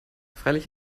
freilich